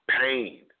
pain